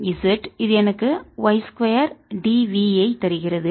z இது எனக்கு y 2 d v ஐ தருகிறது